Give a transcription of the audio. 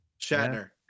Shatner